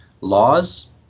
Laws